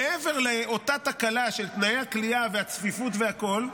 מעבר לאותה תקלה של תנאי הכליאה, הצפיפות והכול,